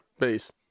Peace